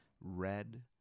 red